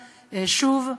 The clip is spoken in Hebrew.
שוב,